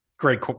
Great